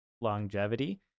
longevity